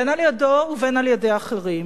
בין על-ידיו ובין על-ידי אחרים,